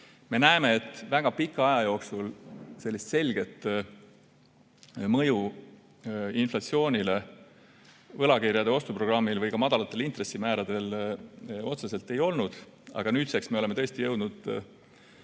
Me näeme, et väga pika aja jooksul sellist selget mõju inflatsioonile võlakirjade ostu programmil või ka madalatel intressimääradel otseselt ei olnud. Aga nüüdseks oleme tõesti jõudnud punkti,